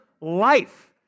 life